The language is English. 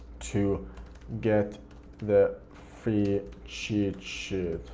to get the free cheat sheet,